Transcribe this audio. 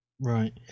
Right